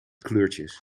kleurtjes